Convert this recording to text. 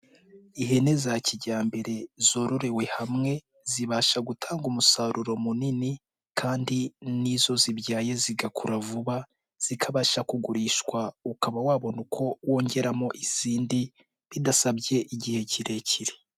Ihene za kijyambere zororewe hamwe zibasha gutanga umusaruro munini, kandi n'izo zibyaye zigakura vuba zikabasha kugurishwa, ukaba wabona uko wongeramo izindi bidasabye igihe kirekire.